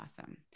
awesome